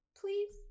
please